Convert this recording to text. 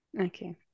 okay